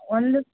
ಒಂದಕ್ಕೆ